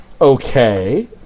Okay